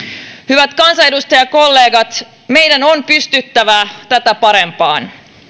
hyvät kansanedustajakollegat meidän on pystyttävä tätä parempaan